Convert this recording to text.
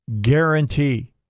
guarantee